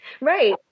Right